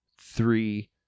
three